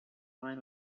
line